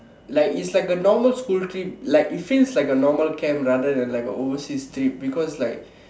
like it's like a normal school trip like it feels like a normal camp rather than like a overseas trip because like